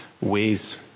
ways